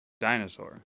dinosaur